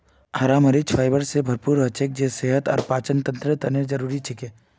हरा मरीच फाइबर स भरपूर हछेक जे सेहत और पाचनतंत्रेर तने जरुरी छिके